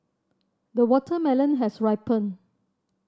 the watermelon has ripened